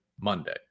Monday